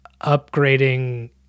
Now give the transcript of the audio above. upgrading